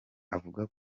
avuga